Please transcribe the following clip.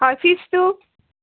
হয় ফিজটো